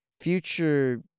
future